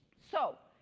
so,